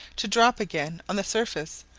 to drop again on the surface,